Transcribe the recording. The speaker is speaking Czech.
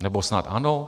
Nebo snad ano?